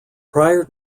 prior